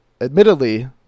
admittedly –